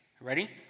Ready